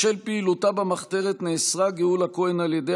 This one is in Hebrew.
בשל פעילותה במחתרת נאסרה גאולה כהן על ידי